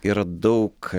yra daug